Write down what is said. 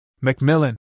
Macmillan